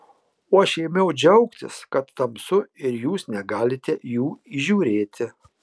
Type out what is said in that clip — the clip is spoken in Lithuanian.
o aš jau ėmiau džiaugtis kad tamsu ir jūs negalite jų įžiūrėti